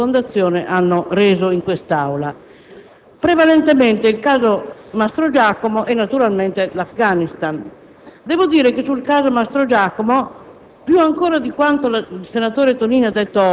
e molto importante dell'Unione e per volontà del popolo, come seconda componente dell'Unione stessa, per cui siamo un Gruppo di un qualche interesse, di una qualche importanza. Veniamo definiti in vari modi,